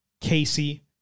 Casey